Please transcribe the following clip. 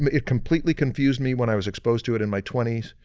um it completely confused me when i was exposed to it in my twenty s,